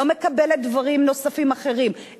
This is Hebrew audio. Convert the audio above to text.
לא מקבלת דברים נוספים אחרים,